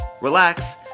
relax